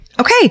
Okay